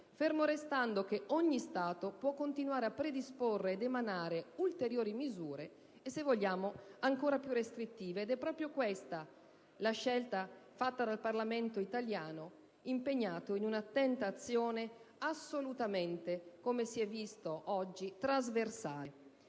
fermo restando che ogni Stato può continuare a predisporre ed emanare ulteriori misure, se vogliamo ancora più restrittive. È proprio questa la scelta fatta dal Parlamento italiano, impegnato in un'attenta azione assolutamente trasversale,